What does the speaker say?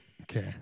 okay